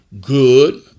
good